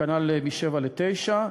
כנ"ל מ-7 ל-9.